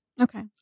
Okay